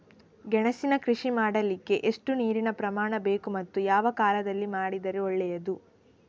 ಗೆಣಸಿನ ಕೃಷಿ ಮಾಡಲಿಕ್ಕೆ ಎಷ್ಟು ನೀರಿನ ಪ್ರಮಾಣ ಬೇಕು ಮತ್ತು ಯಾವ ಕಾಲದಲ್ಲಿ ಮಾಡಿದರೆ ಒಳ್ಳೆಯದು?